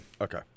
Okay